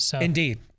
Indeed